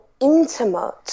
intimate